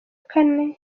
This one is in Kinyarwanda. kane